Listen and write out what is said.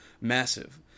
massive